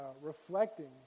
reflecting